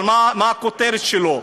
אבל מה הכותרת שלו?